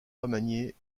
remaniés